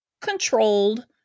controlled